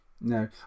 No